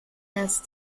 dass